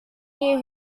year